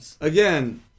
again